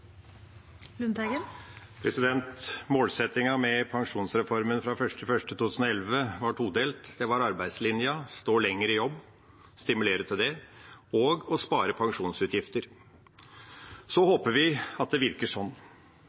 grupper. Målsettingen med pensjonsreformen fra 1. januar 2011 var todelt: Det var arbeidslinja, at man skulle stimulere til at folk skulle stå lenger i jobb, og å spare pensjonsutgifter. Vi håper at den virker sånn.